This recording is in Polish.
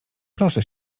proszę